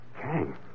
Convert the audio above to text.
Kang